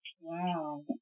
Wow